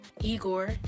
Igor